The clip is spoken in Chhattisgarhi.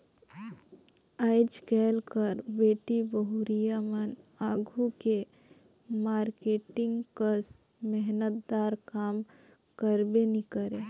आएज काएल कर बेटी बहुरिया मन आघु के मारकेटिंग कस मेहनत दार काम करबे नी करे